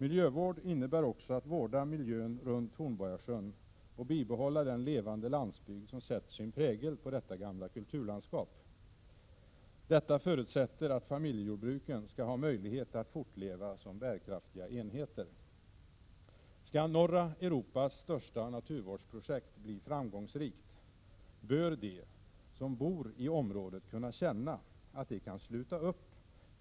Miljövård innebär också att vårda miljön runt Hornborgasjön och bibehålla den levande landsbygd som sätter sin prägel på detta gamla kulturlandskap. Detta förutsätter att familjejordbruken skall ha möjlighet att fortleva som bärkraftiga enheter. Skall norra Europas största naturvårdsprojekt bli framgångsrikt, bör de som bor i området kunna känna att de kan sluta upp